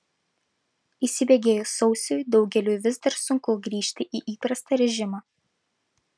įsibėgėjus sausiui daugeliui vis dar sunku grįžti į įprastą režimą